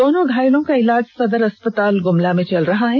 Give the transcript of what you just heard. दोनों घायलों का इलाज सदर अस्पताल गुमला में चल रहा है